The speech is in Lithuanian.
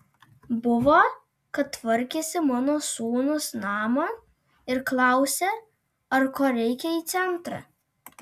buvo kad tvarkėsi mano sūnus namą ir klausia ar ko reikia į centrą